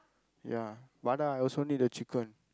ya but I also need a chicken